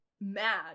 mad